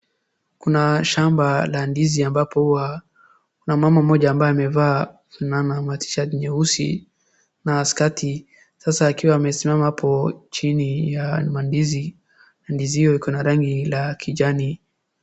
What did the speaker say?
Kuna shamba la ndizi ambapo huwa kuna mama mmoja ambaye amevaa tunaona T-shirt nyeusi na skati. Sasa akiwa amesimama hapo chini ya mandizi, ndizi hiyo iko na rangi la kijani.